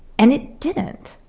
and it didn't.